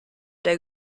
der